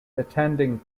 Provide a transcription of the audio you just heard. attending